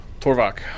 Torvak